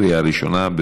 בקריאה ראשונה.